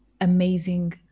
amazing